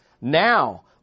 now